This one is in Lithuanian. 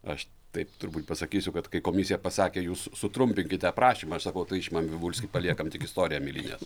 aš taip turbūt pasakysiu kad kai komisija pasakė jūs sutrumpinkite prašymą aš sakau tai man vivulskį paliekam tik istoriją milinės